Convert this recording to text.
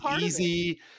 easy